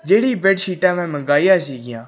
ਜਿਹੜੀ ਬੈੱਡ ਸ਼ੀਟਾਂ ਮੈਂ ਮੰਗਾਈਆ ਸੀਗੀਆਂ